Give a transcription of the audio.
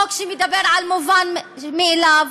חוק שמדבר על המובן מאליו,